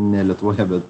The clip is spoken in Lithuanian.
ne lietuvoje bet